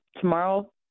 tomorrow